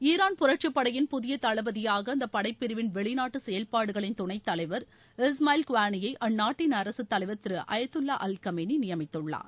Iran புரட்சிப்படையின் புதிய தளபதியாக அந்த படைப்பிரிவின் வெளிநாட்டு செயல்பாடுகளின் துணைத்தலைவர் இஸ்மாயில் குவானியை அந்நாட்டின் அரசு தலைவர் திரு அயதுல்லா அல் கமேனி நியமித்துள்ளார்